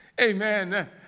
Amen